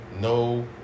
No